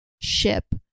ship